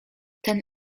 ten